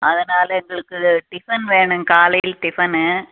அதனால் எங்களுக்கு டிஃபன் வேணுங் காலை டிஃபன்